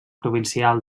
provincial